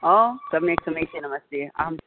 ओ सम्यक् समीचीनमस्ति आम्